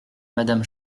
madame